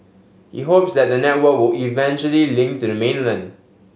he hopes that the network will eventually link to the mainland